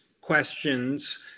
questions